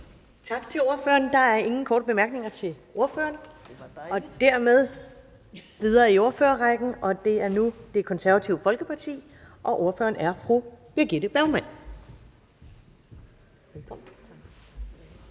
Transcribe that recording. Tak til ordføreren. Der er ingen korte bemærkninger, og dermed går vi videre i ordførerrækken. Det er nu Det Konservative Folkeparti, og ordføreren er fru Birgitte Bergman.